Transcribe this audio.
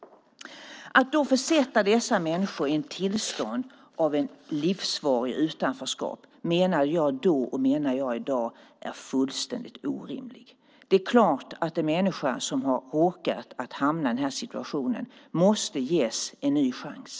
Att försätta dessa människor i ett tillstånd av livslångt utanförskap menade jag då, och menar jag i dag, är fullständigt orimligt. Det är klart att människor som har råkat hamna i den här situationen måste ges en ny chans.